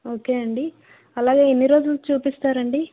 okay అండి అలాగే ఎన్ని రోజులు చూపిస్తారండి